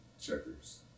checkers